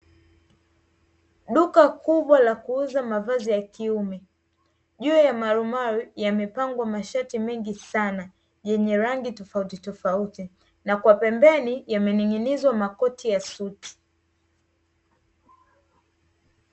Duka kubwa la kuuza mavazi ya kiume, juu ya marumaru yamepangwa mashati mengi sana yenye rangi tofautitofauti, na kwa pembeni yamening'inizwa makoti ya suti.